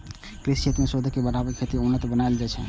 कृषि क्षेत्र मे शोध के बढ़ा कें खेती कें उन्नत बनाएल जाइ छै